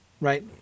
right